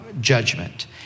judgment